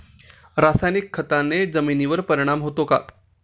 रासायनिक खताने जमिनीवर परिणाम होतो का?